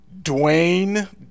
Dwayne